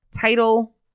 Title